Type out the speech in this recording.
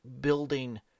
building